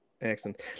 Excellent